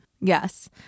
Yes